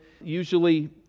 Usually